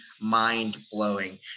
mind-blowing